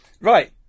Right